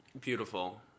Beautiful